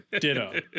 Ditto